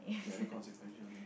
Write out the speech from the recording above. inconsequential name